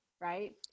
right